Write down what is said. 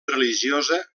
religiosa